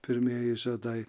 pirmieji žiedai